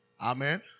Amen